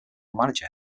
manager